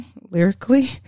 lyrically